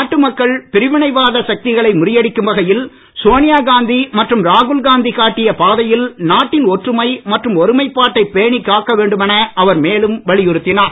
நாட்டு மக்கள் பிரிவினை வாத சக்திகளை முறியடிக்கும் வகையில் சோனியாகாந்தி மற்றும் ராகுல்காந்தி காட்டிய பாதையில் நாட்டின் ஒற்றுமை மற்றும் ஒருமைபாட்டை பேணிகாக்க வேண்டுமென அவர் மேலும் வலியுறுத்தினார்